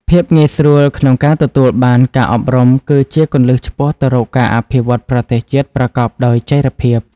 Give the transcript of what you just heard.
ភាពងាយស្រួលក្នុងការទទួលបានការអប់រំគឺជាគន្លឹះឆ្ពោះទៅរកការអភិវឌ្ឍន៍ប្រទេសជាតិប្រកបដោយចីរភាព។